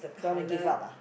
don't wanna give up ah